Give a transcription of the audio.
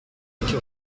que